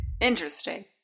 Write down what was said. interesting